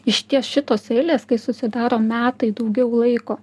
iš ties šitos eilės tai susidaro metai daugiau laiko